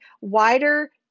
wider